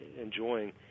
enjoying